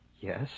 yes